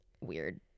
weird